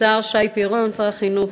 השר שי פירון, שר החינוך.